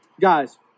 guys